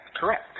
correct